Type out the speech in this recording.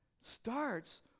starts